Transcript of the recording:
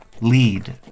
lead